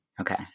Okay